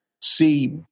See